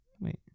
Wait